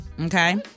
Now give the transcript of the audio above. Okay